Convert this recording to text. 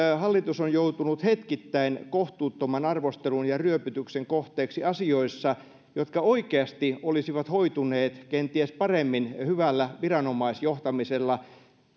hallitus on joutunut hetkittäin kohtuuttoman arvostelun ja ryöpytyksen kohteeksi asioissa jotka oikeasti olisivat hoituneet kenties paremmin hyvällä viranomaisjohtamisella